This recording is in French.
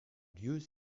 lieux